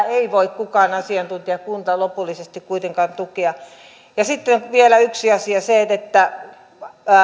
ei voi kukaan asiantuntija kunta lopullisesti kuitenkaan tukea sitten vielä yksi asia se että